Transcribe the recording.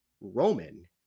Roman